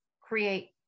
create